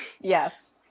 Yes